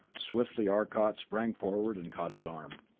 swiftly arcot sprang forward and caught his arm.